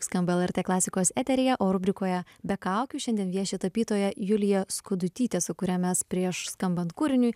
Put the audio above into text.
skamba lrt klasikos eteryje o rubrikoje be kaukių šiandien vieši tapytoja julija skudutytė su kuria mes prieš skambant kūriniui